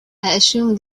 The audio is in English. assume